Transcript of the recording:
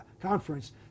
conference